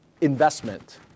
investment